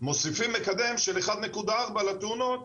מוסיפים מקדם של אחת נקודה ארבע לתאונות,